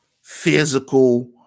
physical